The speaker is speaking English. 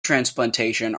transplantation